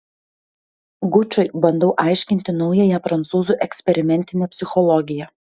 gučui bandau aiškinti naująją prancūzų eksperimentinę psichologiją